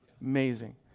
Amazing